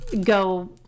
go